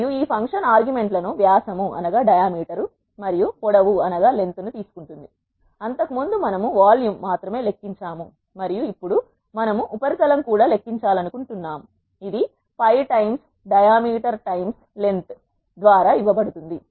మరియు ఈ function argument లను వ్యాసం మరియు పొడవు ను తీసుకుంటుంది ఇంతకుముందు మనం వాల్యూమ్ మాత్రమే లెక్కించాము మరియు ఇప్పుడు మనం ఉపరితలం కూడా లెక్కించాలనుకుంటున్నాము ఇది π times diameter times length ద్వారా ఇవ్వబడుతుంది